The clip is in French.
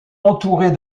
entourée